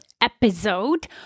episode